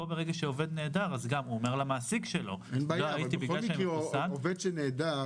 ברגע שעובד נעדר אז הוא אומר למעסיק --- בכל מקרה עובד שנעדר